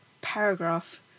paragraph